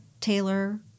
Taylor